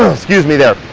excuse me there,